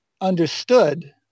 understood